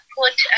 put